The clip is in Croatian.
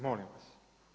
Molim vas.